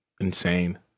insane